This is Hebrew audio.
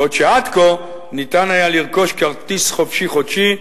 בעוד שעד כה ניתן היה לרכוש כרטיס "חופשי-חודשי"